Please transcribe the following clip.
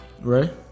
Right